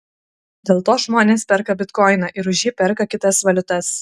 dėl to žmonės perka bitkoiną ir už jį perka kitas valiutas